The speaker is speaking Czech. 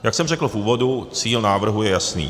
Jak jsem řekl v úvodu, cíl návrhu je jasný.